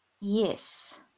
Yes